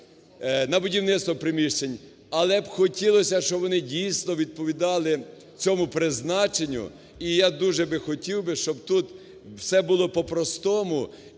на будівництво приміщень, але хотілося б, щоб вони, дійсно, відповідали цьому призначенню, і я дуже би хотів би, щоб тут все було по-простому